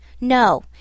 No